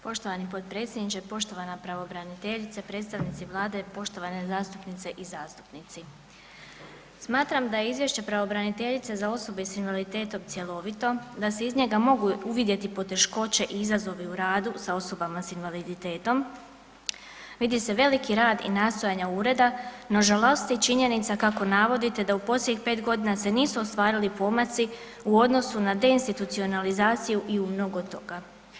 Poštovani potpredsjedniče, poštovana pravobraniteljice, predstavnici Vlade, poštovane zastupnice i zastupnici, smatram da je Izvješće pravobraniteljice za osobe s invaliditetom cjelovito, da se iz njega mogu uvidjeti poteškoće i izazovi u radu sa osobama sa invaliditetom, vidi se veliki rad i nastojanje ureda no žalosti činjenica kako navodite da u posljednjih 5 godina se nisu ostvarili pomaci u odnosu na deinstitucionalizaciju i u mnogo toga.